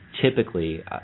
typically